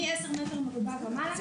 מעשר מטר מרובע ומעלה כן.